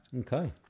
Okay